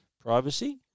Privacy